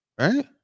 Right